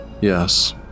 Yes